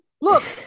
look